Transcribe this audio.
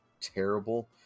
terrible